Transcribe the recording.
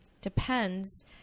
depends